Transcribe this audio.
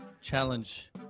challenge